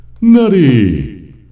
Nutty